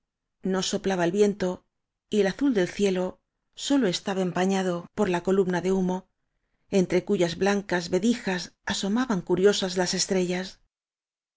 no soplaba viento y el azul del cielo sólo estaba empañado por la columna de hu mo entre cuyas blancas vedijas asomaban curiosas las estrellas